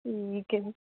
ਠੀਕ ਹੈ ਜੀ